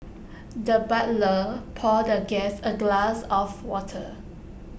the butler poured the guest A glass of water